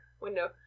window